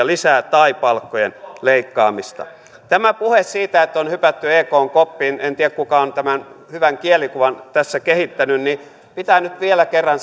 lisää palkkakustannuksia tai palkkojen leikkaamista tämä puhe siitä että on hypätty ekn koppiin en tiedä kuka on tämän hyvän kielikuvan tässä kehittänyt mutta pitää nyt vielä kerran